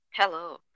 Hello